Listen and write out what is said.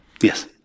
yes